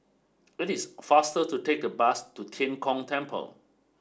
it is faster to take the bus to Tian Kong Temple